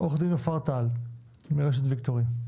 עורכת דין נופר טל מרשת "ויקטורי".